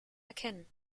erkennen